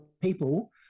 people